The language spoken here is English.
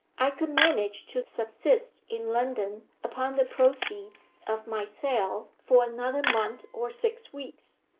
i could manage to subsist in london upon the proceeds of my sale for another month or six weeks.